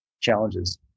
challenges